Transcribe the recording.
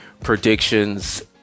Predictions